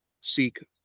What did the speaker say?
seek